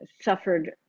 suffered